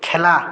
খেলা